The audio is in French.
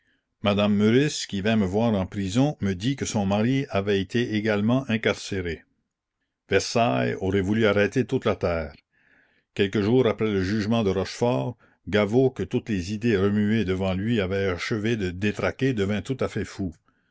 madame meurice qui vint me voir en prison me dit que son mari avait été également incarcéré versailles aurait voulu arrêter toute la terre quelques jours après le jugement de rochefort gaveau que toutes les idées remuées devant lui avait achevé de détraquer devint tout à fait fou